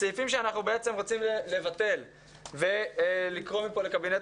הסעיפים שאנחנו רוצים לבטל ולקרוא מכאן לקבינט